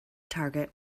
target